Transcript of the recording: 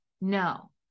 No